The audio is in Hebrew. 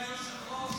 אדוני היושב-ראש,